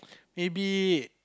A B